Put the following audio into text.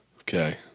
Okay